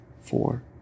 four